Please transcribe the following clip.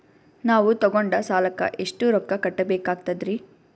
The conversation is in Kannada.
ನಾವು ತೊಗೊಂಡ ಸಾಲಕ್ಕ ಎಷ್ಟು ರೊಕ್ಕ ಕಟ್ಟಬೇಕಾಗ್ತದ್ರೀ?